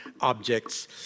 objects